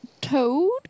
Toad